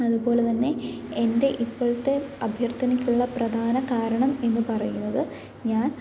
അതുപോലെതന്നെ എൻ്റെ ഇപ്പോഴത്തെ അഭ്യർത്ഥനയ്ക്കുള്ള പ്രധാന കാരണം എന്ന് പറയുന്നത് ഞാൻ